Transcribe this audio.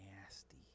nasty